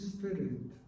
Spirit